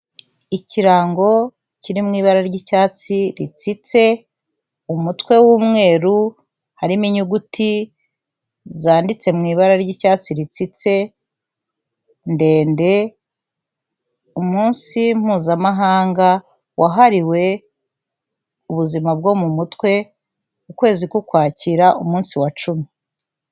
Ikirango kiri mu ibara ry'icyatsi ritsitse, umutwe w'umweru harimo inyuguti zanditse mu ibara ry'icyatsi ritsitse ndende, umunsi mpuzamahanga wahariwe ubuzima bwo mu mutwe ukwezi k'ukwakira umunsi wa cumi.